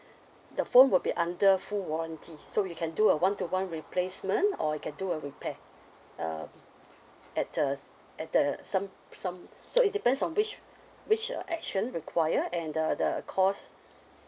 the phone would be under full warranty so you can do a one to one replacement or you can do a repair uh at uh at uh some some so it depends on which which uh action require and uh the cost